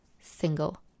single